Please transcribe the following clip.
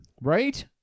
Right